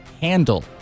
handle